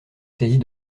saisis